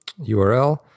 url